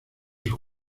sus